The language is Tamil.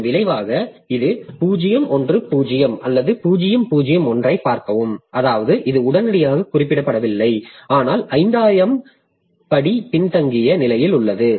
இதன் விளைவாக இது 0 1 0 அல்லது 0 0 1 ஐப் பார்க்கவும் அதாவது இது உடனடியாக குறிப்பிடப்படவில்லை ஆனால் 5000 படி பின்தங்கிய நிலையில் உள்ளது